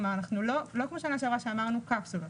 זאת אומרת, לא כמו בשנה שעברה שאמרנו קפסולות.